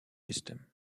system